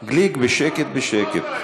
גליק, גליק, בשקט בשקט.